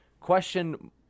question